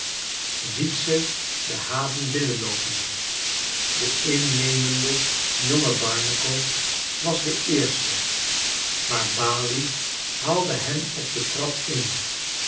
ziet ze de haven binnenloopen de innemende jonge barnacle was de eerste maar balie haalde hem op de trap in